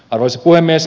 arvoisa puhemies